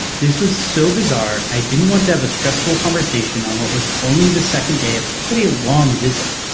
this was so bizarre. i didn't want to have a stressful conversation on what was only the second day of quite a long visit.